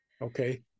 Okay